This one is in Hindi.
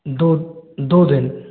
दो दो दिन